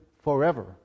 forever